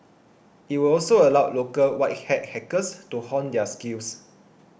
it would also allow local white hat hackers to hone their skills